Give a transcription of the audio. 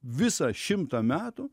visą šimtą metų